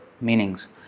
meanings